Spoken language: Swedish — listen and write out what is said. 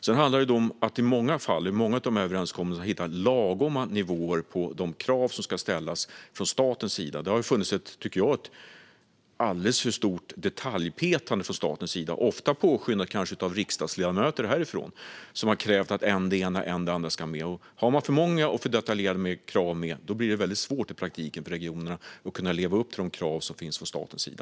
Det handlar om att i många av dessa överenskommelser hitta lagom nivå på de krav som ska ställas från staten. Staten har detaljpetat alldeles för mycket, ofta påskyndat av riksdagsledamöter som har krävt att än det ena, än det andra ska med. Har staten för många och detaljerade krav blir det i praktiken svårt för regionerna att kunna leva upp till dessa.